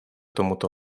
tomuto